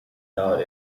doubt